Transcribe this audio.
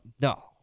no